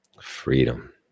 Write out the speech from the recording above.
freedom